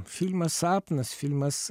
filmas sapnas filmas